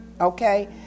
okay